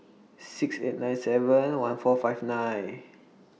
six eight nine seven one four five nine